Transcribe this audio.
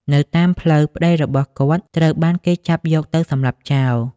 នៅតាមផ្លូវ ប្តីរបស់គាត់ត្រូវបានគេចាប់យកទៅសម្លាប់ចោល។